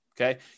okay